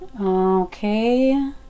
Okay